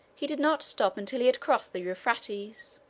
he did not stop until he had crossed the euphrates.